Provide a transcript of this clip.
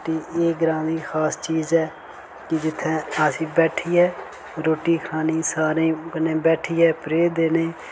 रुट्टी एह् ग्रांऽ दी खास चीज ऐ कि जित्थै असें बैठियै रुट्टी खानी सारें कन्नै बैठियै प्रे देने